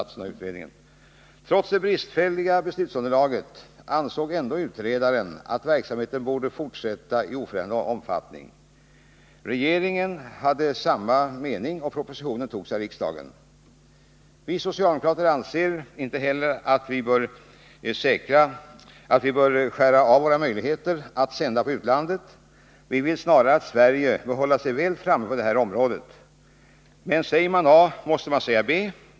Trots det bristfälliga beslutsunderlaget ansåg ändå utredaren att verksamheten borde fortsätta i oförändrad omfattning. Regeringen hade samma mening, och propositionen antogs av riksdagen. Vi socialdemokrater anser inte heller att Sverige bör skära av sina möjligheter att sända på utlandet — vi anser snarare att Sverige bör hålla sig väl framme på detta område. Men säger man a måste man säga b.